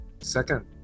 Second